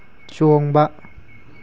ꯆꯣꯡꯕ